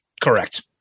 Correct